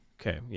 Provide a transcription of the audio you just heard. Okay